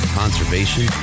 conservation